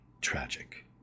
tragic